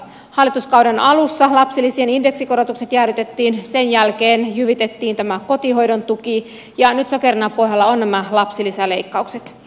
hallituskauden alussa lapsilisien indeksikorotukset jäädytettiin sen jälkeen jyvitettiin tämä kotihoidon tuki ja nyt sokerina pohjalla ovat nämä lapsilisäleikkaukset